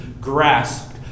grasped